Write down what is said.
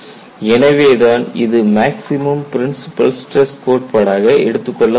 எனவே தான் இது மேக்ஸிமம் பிரின்ஸிபல் ஸ்டிரஸ் கோட்பாடாக எடுத்துக்கொள்ளப்படுகிறது